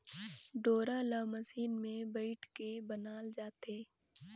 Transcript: डोरा ल मसीन मे बइट के बनाल जाथे